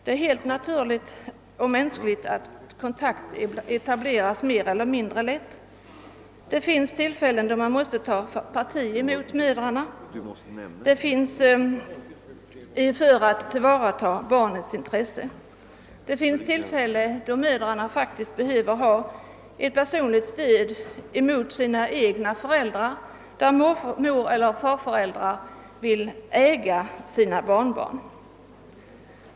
Det är helt naturligt att kontakt etableras mer eller mindre lätt. Det finns tillfällen då man måste ta parti emot mödrarna för att tillvarata barnets intresse, och det finns tillfällen då mödrarna faktiskt behöver ett personligt stöd emot sina egna föräldrar — fall där moreller farföräldrar vill äga sina barnbarn.